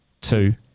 two